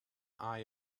eye